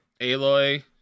aloy